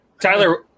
tyler